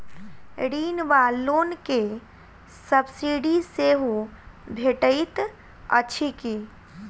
ऋण वा लोन केँ सब्सिडी सेहो भेटइत अछि की?